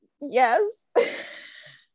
Yes